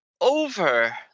over